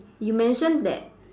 you mentioned that